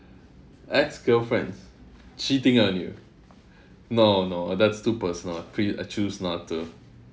ex-girlfriends cheating on you no no that's too personal I pre~ I choose not to